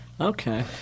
Okay